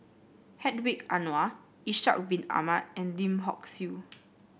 Hedwig Anuar Ishak Bin Ahmad and Lim Hock Siew